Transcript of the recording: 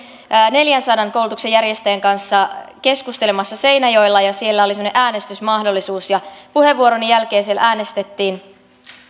neljänsadan koulutuksen järjestäjän kanssa keskustelemassa seinäjoella ja siellä oli semmoinen äänestysmahdollisuus kun puheenvuoroni jälkeen siellä äänestettiin